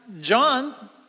John